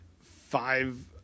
five